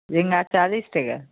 झींगा चालिस टके